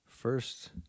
first